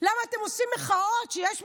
למה אתם עושים מחאות כשיש מבצע?